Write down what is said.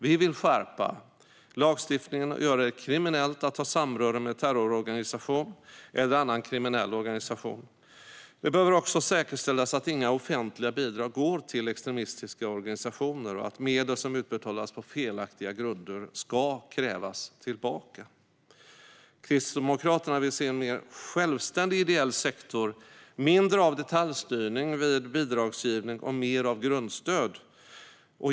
Vi vill skärpa lagstiftningen och göra det kriminellt att ha samröre med terrororganisation eller annan kriminell organisation. Det behöver också säkerställas att inga offentliga bidrag går till extremistiska organisationer och att medel som utbetalas på felaktiga grunder ska krävas tillbaka. Kristdemokraterna vill se en mer självständig ideell sektor, mindre av detaljstyrning vid bidragsgivning och mer av grundstöd.